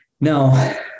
Now